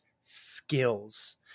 skills